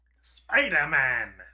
spider-man